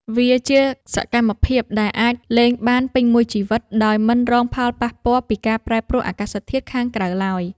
វាជាសកម្មភាពដែលអាចលេងបានពេញមួយឆ្នាំ ដោយមិនរងផលប៉ះពាល់ពីការប្រែប្រួលអាកាសធាតុខាងក្រៅឡើយ។